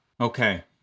Okay